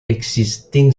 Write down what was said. existing